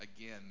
again